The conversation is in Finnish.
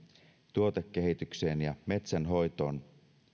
tuotekehitykseen ja metsänhoitoon